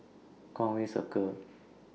Conway Circle